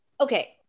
Okay